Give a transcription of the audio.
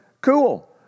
cool